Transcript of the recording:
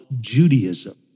Judaism